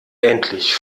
endlich